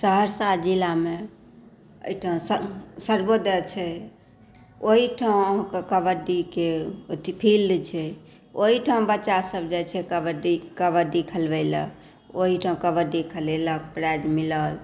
सहरसा जिलामे एहिठाम सर्वोदय छै ओहिठाम अहाँके कबड्डीके अथी फ़ील्ड छै ओहिठाम बच्चासभ जाइ छै कबड्डी कबड्डी खेलबै लए ओहिठाम कबड्डी खेलेलक प्राइज़ मिलल